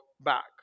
back